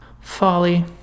folly